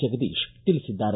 ಜಗದೀಶ್ ತಿಳಿಸಿದ್ದಾರೆ